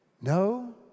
No